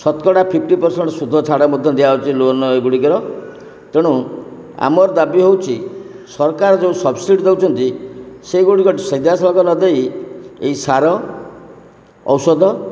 ଶତକଡ଼ା fifty percent ଶୁଦ୍ଧ ଛାଡ଼ ମଧ୍ୟ ଦିଆହଉଛି ଲୋନ୍ ଏଗୁଡ଼ିକର ତେଣୁ ଆମର ଦାବି ହଉଛି ସରକାର ଯେଉଁ ସବସିଡ଼୍ ଦଉଛନ୍ତି ସେଇଗୁଡ଼ିକ ସିଧା ସଳଖ ନଦେଇ ଏଇ ସାର ଔଷଧ